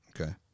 okay